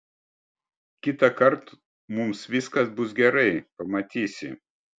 kitąkart mums viskas bus gerai pamatysi